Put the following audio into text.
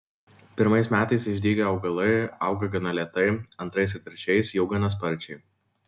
pirmais metais išdygę augalai auga gana lėtai antrais ir trečiais jau gana sparčiai